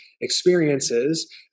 experiences